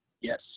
Yes